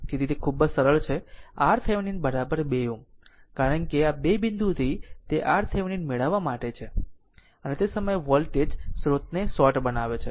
તેથી તે ખૂબ જ સરળ છે RThevenin 2 Ω કારણ કે આ 2 બિંદુથી તે RThevenin મેળવવા માટે શોધે છે અને તે સમયે આ વોલ્ટેજ સ્રોતને શોર્ટ બનાવે છે